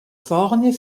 folgjende